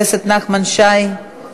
חבר הכנסת נחמן שי,